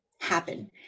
happen